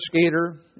skater